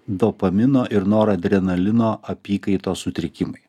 dopamino ir noradrenalino apykaitos sutrikimai